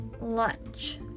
lunch